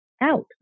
out